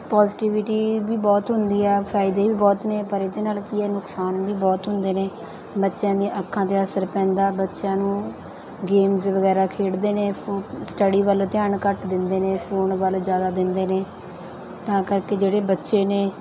positivity ਵੀ ਬਹੁਤ ਹੁੰਦੀ ਹੈ ਫ਼ਾਇਦੇ ਵੀ ਬਹੁਤ ਨੇ ਪਰ ਇਹਦੇ ਨਾਲ ਕੀ ਹੈ ਨੁਕਸਾਨ ਵੀ ਬਹੁਤ ਹੁੰਦੇ ਨੇ ਬੱਚਿਆਂ ਦੀਆਂ ਅੱਖਾਂ 'ਤੇ ਅਸਰ ਪੈਂਦਾ ਬੱਚਿਆਂ ਨੂੰ ਗੇਮਜ਼ ਵਗੈਰਾ ਖੇਡ ਦੇ ਨੇ ਫੋ ਸਟੱਡੀ ਵੱਲ ਧਿਆਨ ਘੱਟ ਦਿੰਦੇ ਨੇ ਫੋਨ ਵੱਲ ਜ਼ਿਆਦਾ ਦਿੰਦੇ ਨੇ ਤਾਂ ਕਰਕੇ ਜਿਹੜੇ ਬੱਚੇ ਨੇ